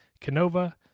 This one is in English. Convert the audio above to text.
Canova